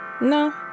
No